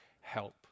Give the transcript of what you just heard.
help